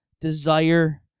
desire